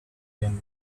then